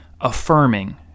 affirming